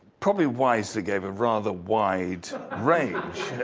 probably wisely gave a rather wide range.